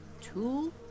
two